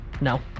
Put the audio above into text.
No